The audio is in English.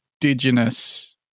indigenous